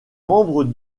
membre